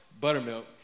buttermilk